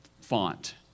font